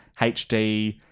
HD